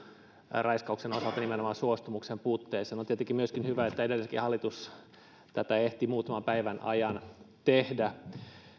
raiskauksen osalta nimenomaan suostumuksen puutteeseen on tietenkin myöskin hyvä että edellinenkin hallitus tätä ehti muutaman päivän ajan tehdä